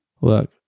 Look